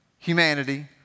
Humanity